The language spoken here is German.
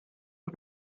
nur